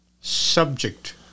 subject